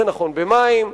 זה נכון במים,